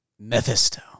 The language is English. Mephisto